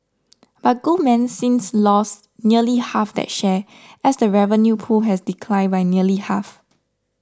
but Goldman since lost nearly half that share as the revenue pool has declined by nearly half